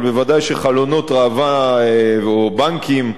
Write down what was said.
אבל ודאי שחלונות ראווה או בנקים,